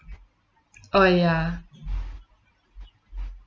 oh ya